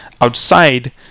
outside